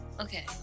Okay